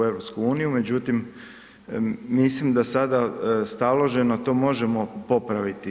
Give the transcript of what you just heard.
Međutim, mislim da sada staloženo to možemo popraviti.